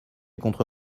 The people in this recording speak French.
contre